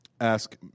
ask